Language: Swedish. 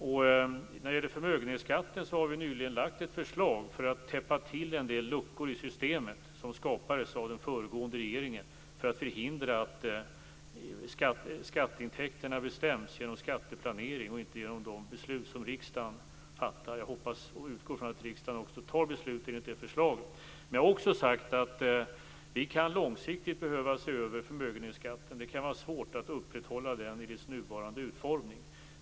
När det gäller förmögenhetsskatten har vi nyligen lagt fram ett förslag för att täppa till en del luckor i systemet som skapades av den föregående regeringen för att förhindra att skatteintäkterna bestäms genom skatteplanering och inte genom de beslut som riksdagen fattar. Jag hoppas och utgår från att riksdagen också fattar beslut enligt förslaget. Jag har också sagt att vi långsiktigt kan behöva se över förmögenhetsskatten. Det kan vara svårt att upprätthålla den i dess nuvarande utformning.